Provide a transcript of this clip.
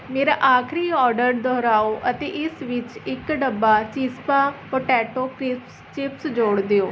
ਮੇਰਾ ਆਖਰੀ ਔਡਰ ਦੁਹਰਾਓ ਅਤੇ ਇਸ ਵਿੱਚ ਇੱਕ ਡੱਬਾ ਚਿਜ਼ਪਾ ਪੋਟੈਟੋ ਪਿਪਸ ਚਿਪਸ ਜੋੜ ਦਿਓ